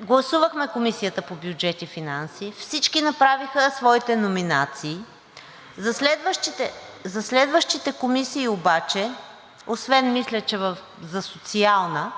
Гласувахме Комисията по бюджет и финанси, всички направиха своите номинации. За следващите комисии обаче, освен мисля, че за Социалната,